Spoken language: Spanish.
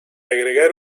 agregar